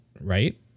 right